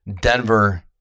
Denver